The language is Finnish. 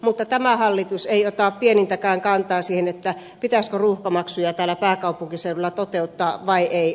mutta tämä hallitus ei ota pienintäkään kantaa siihen pitäisikö ruuhkamaksuja pääkaupunkiseudulla toteuttaa vai ei